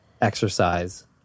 exercise